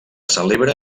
celebra